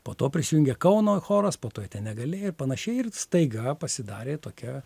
po to prisijungė kauno choras po to jie ten negalė ir panašiai ir staiga pasidarė tokia